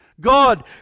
God